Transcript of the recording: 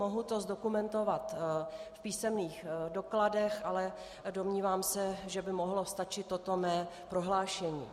Mohu to zdokumentovat v písemných dokladech, ale domnívám se, že by mohlo stačit toto mé prohlášení.